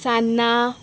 सान्नां